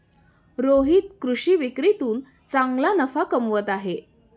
रोहित कृषी विक्रीतून चांगला नफा कमवत आहे